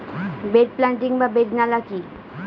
Bed planting বা bed নালা কি?